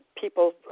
people